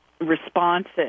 responsive